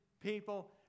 people